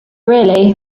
really